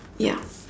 ya